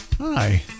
Hi